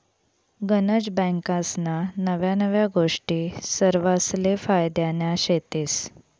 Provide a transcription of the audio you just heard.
गनज बँकास्ना नव्या नव्या गोष्टी सरवासले फायद्यान्या शेतीस